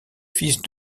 fils